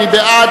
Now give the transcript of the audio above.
מי בעד?